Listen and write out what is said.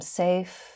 safe